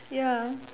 ya